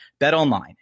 BetOnline